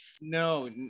no